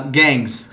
gangs